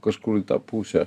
kažkur į tą pusę